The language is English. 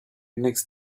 next